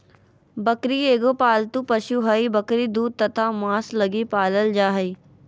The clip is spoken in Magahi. बकरी एगो पालतू पशु हइ, बकरी दूध तथा मांस लगी पालल जा हइ